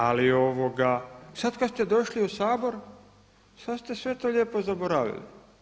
Ali sad kad ste došli u Sabor sad ste sve to lijepo zaboravili.